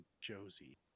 Josie